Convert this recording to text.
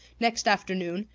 next afternoon,